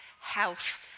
health